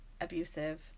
abusive